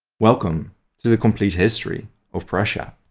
welcome to the complete history of prussia.